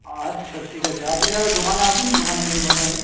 আচ্ছা ঠিক আছে আপনি তাহলে দোকানে আসুন দোকানে এলে কথা হবে